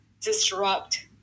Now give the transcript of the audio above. disrupt